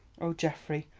oh, geoffrey,